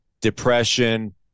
depression